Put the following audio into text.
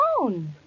own